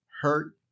hurt